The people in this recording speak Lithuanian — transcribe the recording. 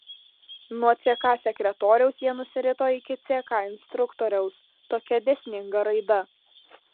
nuo ck sekretoriaus jie nusirito iki ck instruktoriaus tokia dėsninga raida